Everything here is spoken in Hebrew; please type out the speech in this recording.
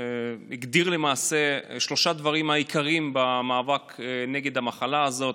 הוא הגדיר למעשה שלושה דברים עיקריים במאבק נגד המחלה הזאת: